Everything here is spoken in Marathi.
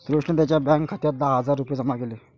सुरेशने त्यांच्या बँक खात्यात दहा हजार रुपये जमा केले